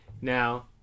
now